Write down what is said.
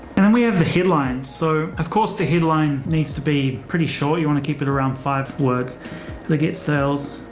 and we have the headlines. so, of course, the headline needs to be pretty sure you want to keep it around. five words like it sells.